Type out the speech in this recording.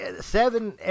seven